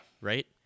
Right